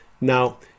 Now